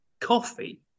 Coffee